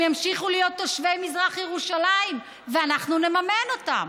ימשיכו להיות תושבי מזרח ירושלים ואנחנו נממן אותם,